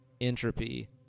entropy